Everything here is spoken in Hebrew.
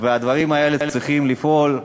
והדברים האלה צריכים לפעול,